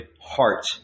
heart